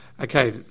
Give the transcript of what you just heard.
Okay